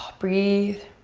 breathe.